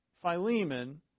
Philemon